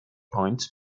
points